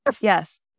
Yes